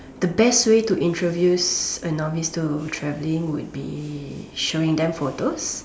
the best way to introduce a novice to traveling would be showing them photos